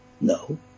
No